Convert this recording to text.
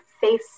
face